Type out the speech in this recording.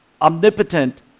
omnipotent